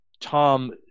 Tom